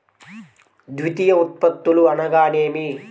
ద్వితీయ ఉత్పత్తులు అనగా నేమి?